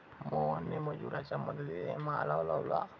मोहनने मजुरांच्या मदतीने माल हलवला